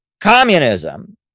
communism